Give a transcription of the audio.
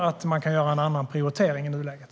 Men man kan göra en annan prioritering i nuläget.